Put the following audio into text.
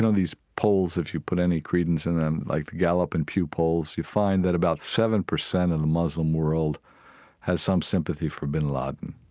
these polls if you put any credence in them, like the gallup and pew polls, you find that about seven percent of the muslim world has some sympathy for bin laden.